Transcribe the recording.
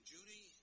Judy